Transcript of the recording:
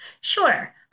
Sure